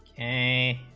a